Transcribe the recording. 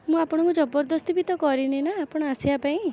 ମୁଁ ଆପଣଙ୍କୁ ଜବରଦସ୍ତି ବି ତ କରିନି ନା ଆପଣ ଆସିବା ପାଇଁ